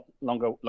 longer